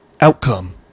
outcome